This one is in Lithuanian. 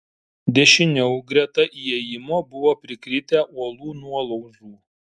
dešiniau greta įėjimo buvo prikritę uolų nuolaužų